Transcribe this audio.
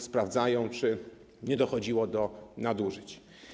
Sprawdzają oni, czy nie dochodziło do nadużyć.